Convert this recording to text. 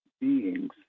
beings